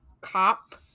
cop